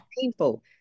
painful